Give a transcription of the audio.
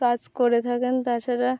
কাজ করে থাকেন তাছাড়া